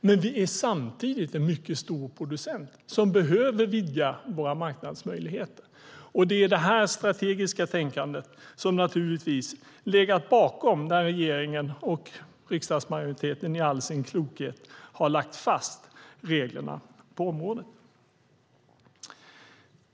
Men vi är samtidigt en mycket stor producent som behöver vidga våra marknadsmöjligheter. Det är det här strategiska tänkandet som naturligtvis har legat bakom när regeringen och riksdagsmajoriteten i all sin klokhet har lagt fast reglerna på området.